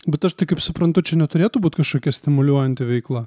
bet aš tai kaip suprantu čia neturėtų būt kažkokia stimuliuojanti veikla